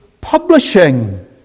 publishing